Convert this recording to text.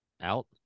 out